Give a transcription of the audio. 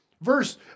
Verse